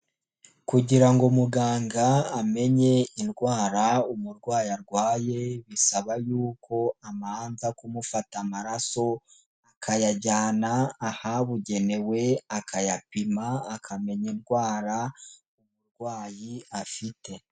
Kugira ngo muganga amenye indwara umurwayi arwaye bisaba y'uko amanza kumufata amaraso akayajyana ahabugenewe akayapima akamenya indwara umurwayi afite.